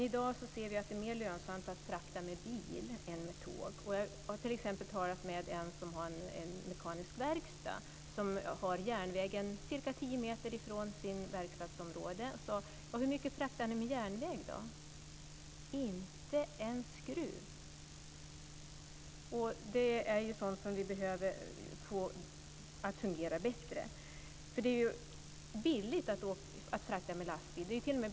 I dag är det mer lönsamt att frakta med bil än med tåg. Jag har t.ex. talat med en som driver en mekanisk verkstad. Verkstadsområdet ligger ca 10 meter från järnvägen. Jag frågade hur mycket de fraktade med järnväg. Inte en skruv, blev svaret. Det är sådant vi behöver få att fungera bättre. Det är billigt att frakta med lastbil.